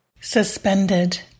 Suspended